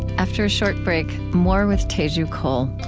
after a short break, more with teju cole.